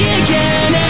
again